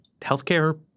healthcare